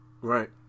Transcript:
Right